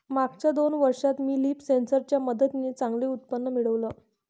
मागच्या दोन वर्षात मी लीफ सेन्सर च्या मदतीने चांगलं उत्पन्न मिळवलं